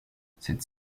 cette